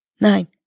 nine